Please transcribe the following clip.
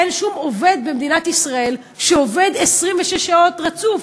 אין שום עובד במדינת ישראל שעובד 26 שעות רצוף,